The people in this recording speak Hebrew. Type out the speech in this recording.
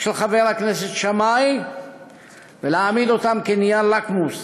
של חבר הכנסת שמאי ולהעמיד אותן כנייר לקמוס